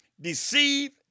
deceive